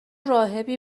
راهبی